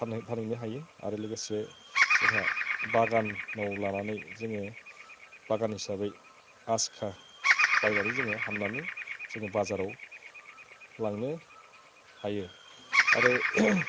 फानहैनो हायो आरो लोगोसे जोंहा बागानाव लानानै जोङो बागान हिसाबै आस्का बायनानै जोङो हाननानै जोङो बाजाराव लांनो हायो आरो